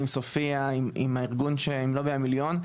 סופיה והארגון של לובי המיליון,